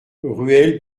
ruelle